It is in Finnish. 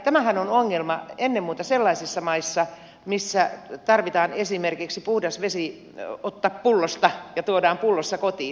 tämähän on ongelma ennen muuta sellaisissa maissa missä tarvitsee esimerkiksi puhdas vesi ottaa pullosta ja tuoda pullossa kotiin